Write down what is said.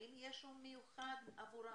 האם יש יום מיוחד עבורם?